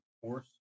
force